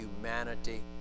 humanity